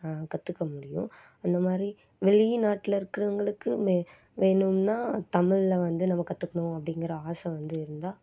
கற்றுக்க முடியும் அந்த மாதிரி வெளிநாட்ல இருக்கிறவங்களுக்குமே வேணும்னால் தமிழ் ல வந்து நம்ம கற்றுக்கணும் அப்படிங்கிற ஆசை வந்து இருந்தால்